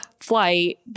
flight